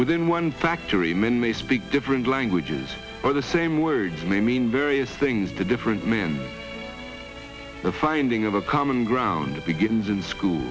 within one factory men may speak different languages or the same words may mean various things to different men the finding of a common ground begins in school